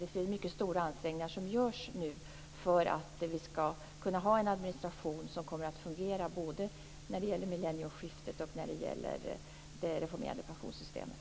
Det görs mycket stora ansträngningar nu för att administrationen skall fungera både när det gäller millennieskiftet och när det gäller det reformerade pensionssystemet.